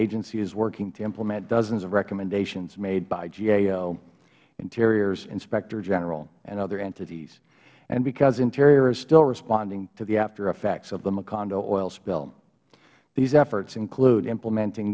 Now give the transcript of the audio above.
agency is working to implement dozens of recommendations made by gao interior's inspector general and other entities and because interior is still responding to the aftereffects of the macondo oil spill these efforts include implementing